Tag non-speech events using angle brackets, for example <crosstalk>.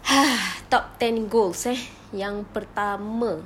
<breath> top ten goals eh yang pertama